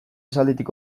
esalditik